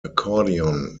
accordion